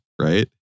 right